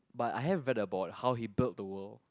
but I have read about how he build the world